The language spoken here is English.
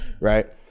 right